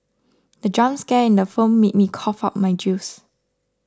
the jump scare in the film made me cough out my juice